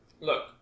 look